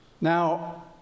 Now